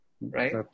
Right